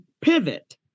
pivot